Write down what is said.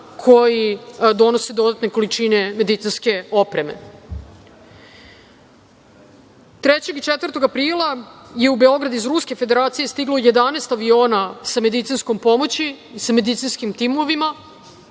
koji donose dodatne količine medicinske opreme.U Beograd 3. i 4. aprila je iz Ruske Federacije stiglo 11 aviona sa medicinskom pomoći i sa medicinskim timovima